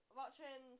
watching